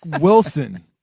Wilson